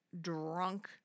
drunk